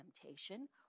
temptation